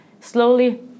slowly